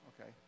Okay